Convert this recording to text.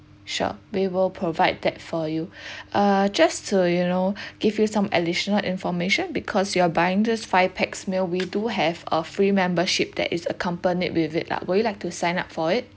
sure we will provide that for you uh just to you know give you some additional information because you are buying these five pax meal we do have a free membership that is accompanied with it lah would you like to sign up for it